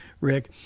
Rick